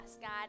God